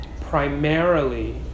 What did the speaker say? primarily